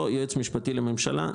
לא היועץ המשפטי לממשלה,